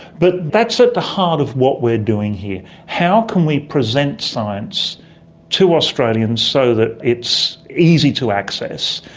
but that's at the heart of what we are doing here how can we present science to australians so that it's easy to access,